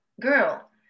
girl